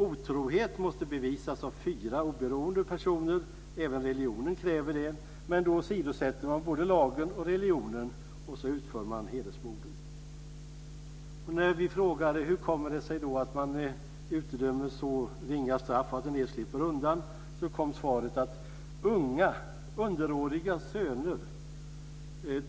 Otrohet måste bevisas av fyra oberoende personer - även religionen kräver det - men då åsidosätter man både lagen och religionen och utför hedersmorden. När vi frågade hur det kommer sig att man utdömer så ringa straff och att en del slipper undan kom svaret: Unga, underåriga söner